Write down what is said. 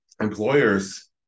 employers